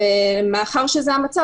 מאחר שזה המצב,